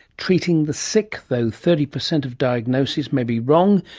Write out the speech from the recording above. treating the sick, though thirty percent of diagnoses may be wrong,